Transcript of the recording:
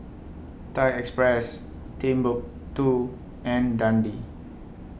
Thai Express Timbuk two and Dundee